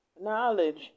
knowledge